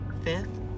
fifth